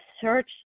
search